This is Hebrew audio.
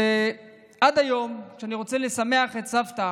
ועד היום, כשאני רוצה לשמח את סבתא